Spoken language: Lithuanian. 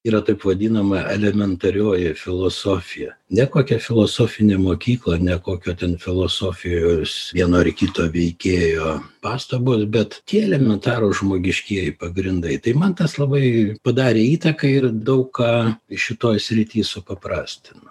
yra taip vadinama elementarioji filosofija ne kokia filosofinė mokykla ne kokio ten filosofijos vieno ar kito veikėjo pastabos bet tie elementarūs žmogiškieji pagrindai tai man tas labai padarė įtaką ir daug ką šitoj srity supaprastina